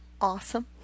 awesome